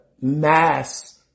mass